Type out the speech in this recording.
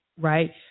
right